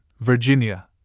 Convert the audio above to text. Virginia